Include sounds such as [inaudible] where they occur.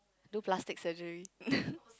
do plastic surgey [laughs]